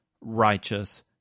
righteous